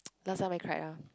last time I cried ah